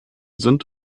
sind